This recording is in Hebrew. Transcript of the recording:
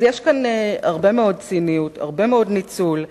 יש כאן הרבה מאוד ציניות והרבה מאוד ניצול.